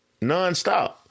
nonstop